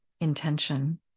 intention